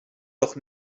doch